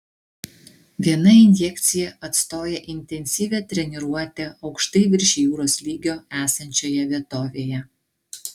viena injekcija atstoja intensyvią treniruotę aukštai virš jūros lygio esančioje vietovėje